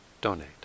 donate